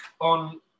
on